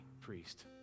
priest